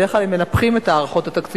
בדרך כלל הם מנפחים את ההערכות התקציביות,